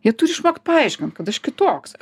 jie turi išmokt paaiškint kad aš kitoks